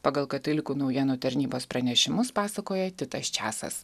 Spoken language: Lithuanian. pagal katalikų naujienų tarnybos pranešimus pasakoja titas čiasas